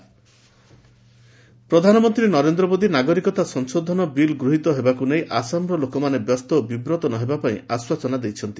PM North East ପ୍ରଧାନମନ୍ତ୍ରୀ ନରେନ୍ଦ୍ର ମୋଦି ନାଗରିକତା ସଂଶୋଧନ ବିଲ୍ ଗୃହୀତ ହେବାକୁ ନେଇ ଆସାମର ଲୋକମାନେ ବ୍ୟସ୍ତ ବିବ୍ରତ ନ ହେବା ପାଇଁ ଆଶ୍ୱାସନା ଦେଇଛନ୍ତି